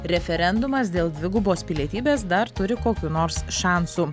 referendumas dėl dvigubos pilietybės dar turi kokių nors šansų